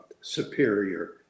superior